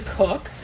cook